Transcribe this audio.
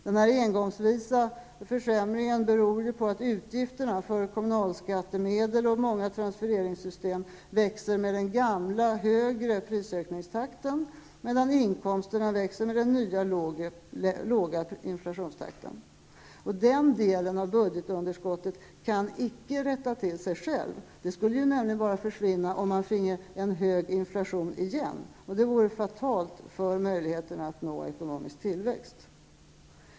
Den försämringen beror på att utgifterna för kommunalskattemedel och många transfereringssystem växer med den gamla, högre prisökningstakten, medan inkomsterna växer med den nya, låga inflationstakten. Den delen av budgetunderskottet kan inte rätta till sig själv. Den delen skulle bara försvinna om man fick en hög inflation igen, och det vore fatalt för möjligheten att nå ekonomisk tillväxt.